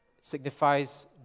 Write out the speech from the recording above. signifies